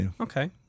Okay